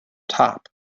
top